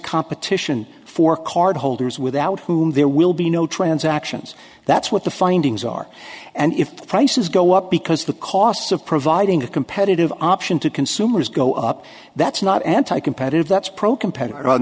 competition for card holders without whom there will be no transactions that's what the findings are and if prices go up because the costs of providing a competitive option to consumers go up that's not anti competitive that's